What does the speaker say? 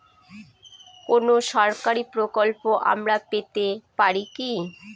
কোন সরকারি প্রকল্প আমরা পেতে পারি কি?